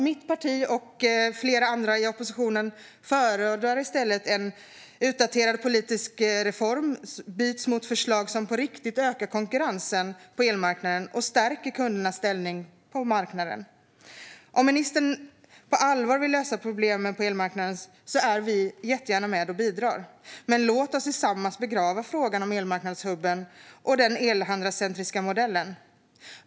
Mitt parti och flera andra i oppositionen förordar i stället att en utdaterad politisk reform byts mot förslag som på riktigt ökar konkurrensen på elmarknaden och stärker kundernas ställning på marknaden. Om ministern på allvar vill lösa problemen på elmarknaden är vi jättegärna med och bidrar, men låt oss tillsammans begrava frågan om elmarknadshubben och den elhandlarcentriska modellen.